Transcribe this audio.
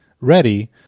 ready